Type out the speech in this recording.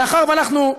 מאחר שאנחנו,